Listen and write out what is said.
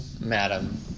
madam